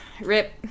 Rip